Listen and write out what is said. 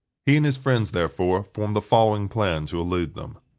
he and his friends, therefore, formed the following plan to elude them.